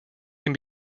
can